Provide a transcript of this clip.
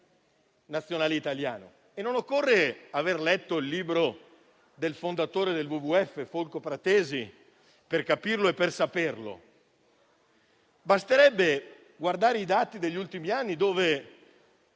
nazionale italiano. Non occorre aver letto il libro del fondatore del WWF Fulco Pratesi per capirlo e per saperlo. Basterebbe osservare i dati degli ultimi anni: